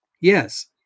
Yes